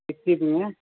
six ஜிபிங்க